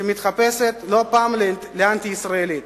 שמתחפשת לא פעם לאנטי-ישראלית